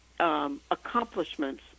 Accomplishments